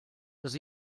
dass